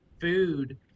food